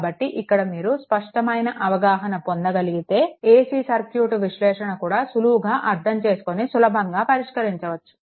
కాబట్టి ఇక్కడ మీరు స్పష్టమైన అవగాహన పొందగలిగితే AC సర్క్యూట్ విశ్లేషణ కూడా సులువుగా అర్థం చేసుకొని సులభంగా పరిష్కరించవచ్చు